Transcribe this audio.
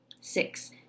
Six